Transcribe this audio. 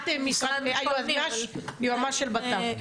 יש פה את היועמ"ש של משרד הבט"פ.